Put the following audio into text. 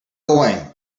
going